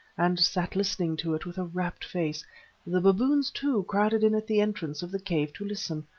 and sat listening to it with a rapt face the baboons, too, crowded in at the entrance of the cave to listen.